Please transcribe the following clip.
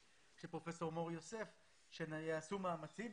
פרופ' מור יוסף שהם יעשו מאמצים.